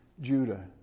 Judah